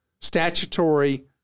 statutory